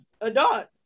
adults